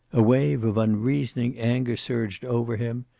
a wave of unreasoning anger surged over him,